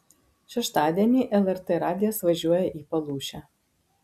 šeštadienį lrt radijas važiuoja į palūšę